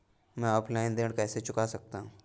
मैं ऑफलाइन ऋण कैसे चुका सकता हूँ?